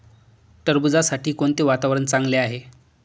टरबूजासाठी कोणते वातावरण चांगले आहे?